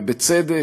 ובצדק,